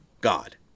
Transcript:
God